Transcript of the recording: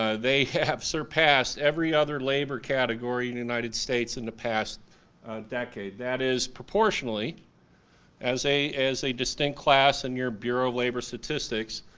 ah they have surpassed every other labor category in the united states in the past decade. that is proportionally as a as a distinct class in your bureau of labor statistics.